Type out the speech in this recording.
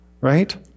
right